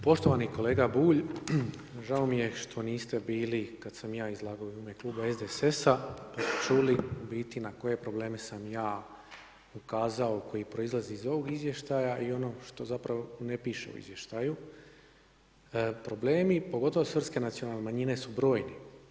Poštovani kolega Bulj, žao mi je što niste bili kad sam ja izlagao u ime kluba SDSS-a pa ste čuli u biti na koje probleme sam ja ukazao koji proizlazi iz ovog izvještaja i ono zapravo što ne piše u izvještaju problemi pogotovo srpske nacionalne manjine su brojni.